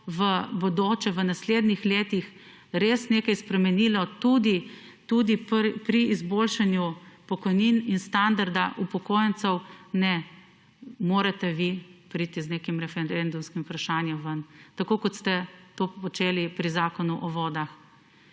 v bodoče, v naslednjih letih res nekaj spremenilo, tudi pri izboljšanju pokojnin in standarda upokojencev, ne, morate vi priti z nekim referendumskim vprašanjem ven, tako kot ste to počeli pri Zakonu o vodah.